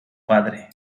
padre